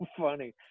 funny